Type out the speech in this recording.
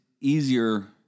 easier